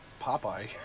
Popeye